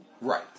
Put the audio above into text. Right